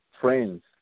friends